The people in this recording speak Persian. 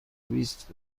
بیست